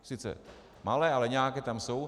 Sice malé, ale nějaké tam jsou.